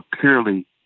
purely